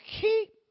keep